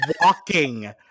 walking